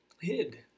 hid